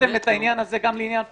הפכתם את העניין הזה גם לעניין פוליטי?